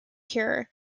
cure